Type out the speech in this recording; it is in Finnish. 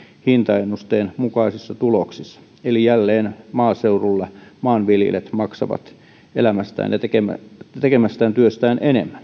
hintaennusteen mukaisissa tuloksissa eli jälleen maaseudulla maanviljelijät maksavat elämästään ja tekemästään työstä enemmän